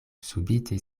subite